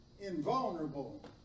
invulnerable